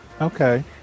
Okay